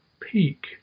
peak